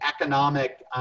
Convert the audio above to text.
economic